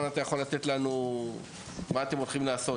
אתה יכול להגיד לנו מה אתם הולכים לעשות,